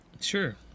sure